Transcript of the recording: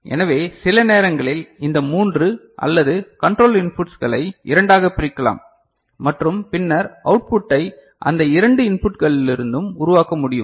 எனவே சில நேரங்களில் இந்த மூன்று அல்லது கன்ட்ரோல் இன்புட்ஸ்களை இரண்டாகப் பிரிக்கலாம் மற்றும் பின்னர் அவுட்புட்டை அந்த இரண்டு இன்புட்களிலிருந்தும் உருவாக்க முடியும்